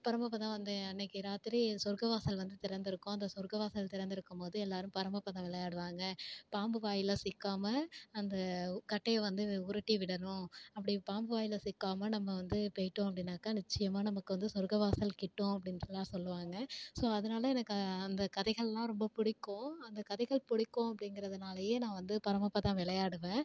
பரமபதம் அந்த அன்றைக்கி ராத்திரி சொர்க்கவாசல் வந்து திறந்தியிருக்கும் அந்த சொர்க்கவாசல் திறந்தியிருக்கும் போது எல்லோரும் பரமபதம் விளையாடுவாங்க பாம்பு வாயில் சிக்காமல் அந்த கட்டையை வந்து உருட்டி விடணும் அப்படி பாம்பு வாயில் சிக்காமல் நம்ம வந்து போயிட்டோம் அப்படின்னாக்கா நிச்சியமாக நமக்கு வந்து சொர்க்கவாசல் கிட்டும் அப்படின்ட்டுலாம் சொல்லுவாங்க ஸோ அதனால் எனக்கு அந்த கதைகளெலாம் ரொம்ப பிடிக்கும் அந்த கதைகள் பிடிக்கும் அப்படிங்கிறதுனாலையே நான் வந்து பரமபதம் விளையாடுவேன்